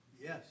Yes